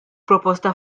proposta